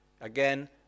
again